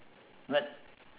what